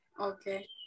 okay